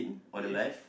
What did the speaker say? yes